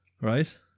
Right